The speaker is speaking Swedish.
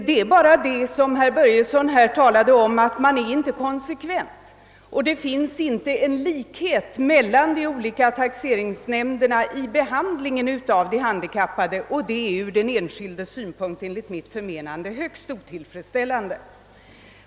Det är bara det att man är inte konsekvent, såsom herr Börjesson påpekade. Taxeringsnämnderna behandlar de handikappade högst olika, vilket ur den enskildes synpunkt enligt min mening är högst otillfredsställande.